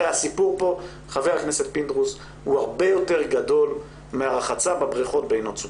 הרי הסיפור פה הוא הרבה יותר גדול מהרחצה בבריכות בעינות צוקים.